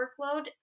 workload